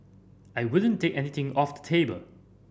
I wouldn't take anything off the table